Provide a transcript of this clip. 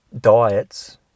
diets